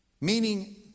Meaning